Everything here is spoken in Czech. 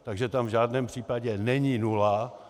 Takže tam v žádném případě není nula.